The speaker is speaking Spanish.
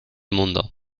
mundo